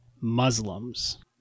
Muslims